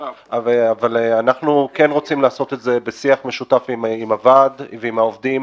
אנחנו כן רוצים לעשות את זה בשיח משותף עם הוועד ועם העובדים.